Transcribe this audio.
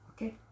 Okay